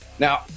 Now